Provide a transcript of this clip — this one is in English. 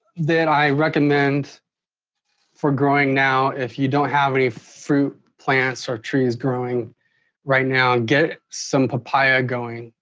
that i recommend for growing now if you don't have any fruit plants or trees growing right now. get some papaya going.